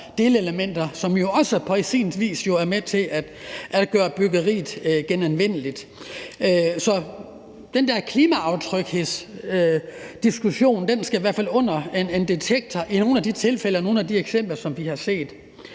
delelementer, som jo også på sin vis er med til at gøre byggeriet genanvendeligt. Så den der diskussion om klimaaftryk skal i hvert fald igennem en detektor i nogle af de tilfælde og de eksempler, som vi har set.